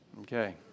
Okay